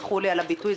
תסלחו לי על הביטוי,